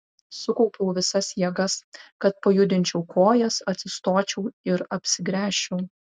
sukaupiu visas jėgas kad pajudinčiau kojas atsistočiau ir apsigręžčiau